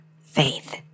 faith